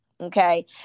Okay